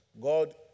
God